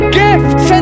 gifts